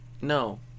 No